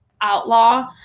Outlaw